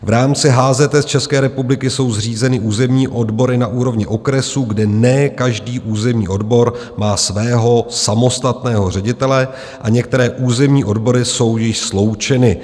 V rámci HZS České republiky jsou zřízeny územní odbory na úrovni okresu, kde ne každý územní odbor má svého samostatného ředitele, a některé územní odbory jsou již sloučeny.